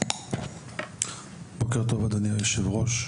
בוקר טוב אדוני היושב-ראש,